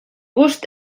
gust